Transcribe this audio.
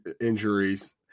injuries